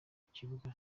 kibuga